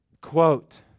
quote